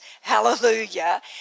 Hallelujah